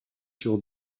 sur